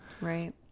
Right